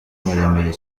maremare